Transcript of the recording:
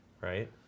right